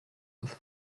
with